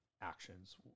actions